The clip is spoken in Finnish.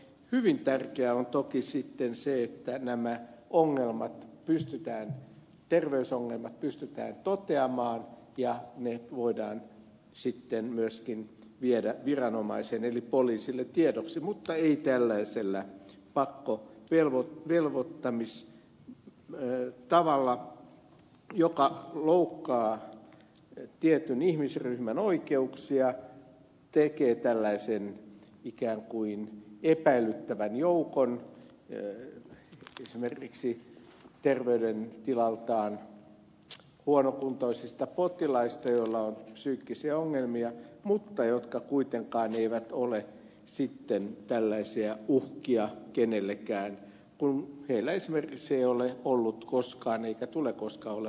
hyvin tärkeää on toki sitten se että nämä terveysongelmat pystytään toteamaan ja ne voidaan sitten myöskin viedä viranomaiselle eli poliisille tiedoksi mutta ei tällaisella pakkovelvoittamistavalla joka loukkaa tietyn ihmisryhmän oikeuksia tekee tällaisen ikään kuin epäilyttävän joukon esimerkiksi terveydentilaltaan huonokuntoisista potilaista joilla on psyykkisiä ongelmia mutta jotka kuitenkaan eivät ole sitten tällaisia uhkia kenellekään kun heillä esimerkiksi ei ole ollut koskaan eikä tule koskaan olemaan aseita